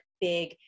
big